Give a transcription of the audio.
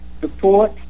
support